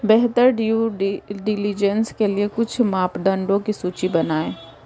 बेहतर due diligence के लिए कुछ मापदंडों की सूची बनाएं?